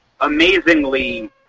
amazingly